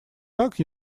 так